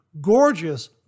gorgeous